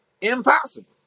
impossible